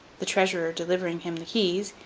the treasurer delivering him the keys,